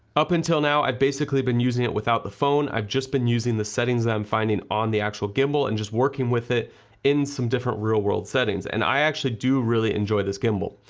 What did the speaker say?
up until now, i've basically been using it without the phone, i've just been using the settings that i'm finding on the actual gimbal and just working with it in some different real-world settings and i actually do really enjoy this gimbal.